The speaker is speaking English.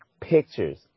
pictures